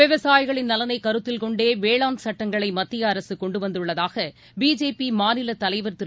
விவசாயிகளின் நலனை கருத்தில் கொண்டே வேளாண் சட்டங்களை மத்திய அரசு கொண்டு வந்துள்ளதாக பிஜேபி மாநிலத் தலைவர் திரு